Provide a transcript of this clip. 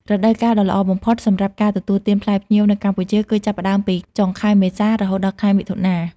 រដូវកាលដ៏ល្អបំផុតសម្រាប់ការទទួលទានផ្លែផ្ញៀវនៅកម្ពុជា គឺចាប់ផ្ដើមពី ចុងខែមេសា រហូតដល់ខែមិថុនា។